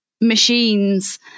machines